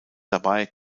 dabei